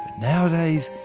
nowadays,